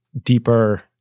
deeper